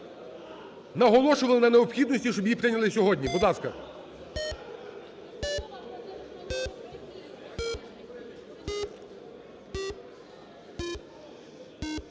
Наголошували на необхідності, щоб її прийняли сьогодні. Будь ласка.